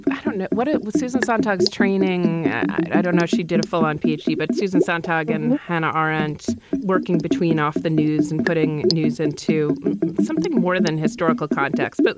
i don't know what it was. susan sontag's training. i don't know. she did a full on p. h. d. but susan sontag and hannah aren't working between off the news and putting news into something more than historical context. but